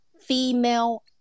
female